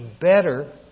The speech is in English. better